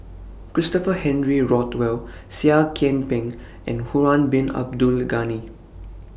Christopher Henry Rothwell Seah Kian Peng and Harun Bin Abdul Ghani